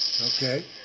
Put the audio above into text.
Okay